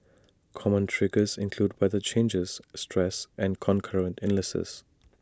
common triggers include weather changes stress and concurrent illnesses